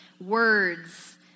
words